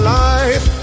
life